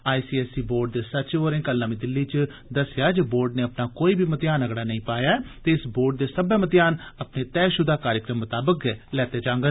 आई C S E board दे सचिव होरें कल नमीं दिल्ली च आक्खेआ जे बोर्ड नै अपना कोई बी मतेयान अगड़ा नेईं पाया ऐ ते इस बोर्ड दे सब्बै मतेयान अपने तैयशुदा कार्यक्रम मताबक गै लैते जांगन